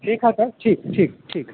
ठीक है सर ठीक ठीक ठीक